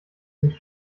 sich